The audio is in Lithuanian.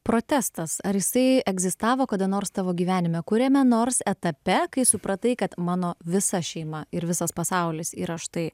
protestas ar jisai egzistavo kada nors tavo gyvenime kuriame nors etape kai supratai kad mano visa šeima ir visas pasaulis yra štai